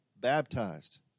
baptized